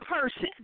person